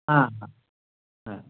हाँ हाँ हाँ